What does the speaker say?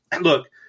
look